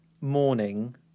morning